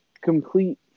complete